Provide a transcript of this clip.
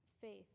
faith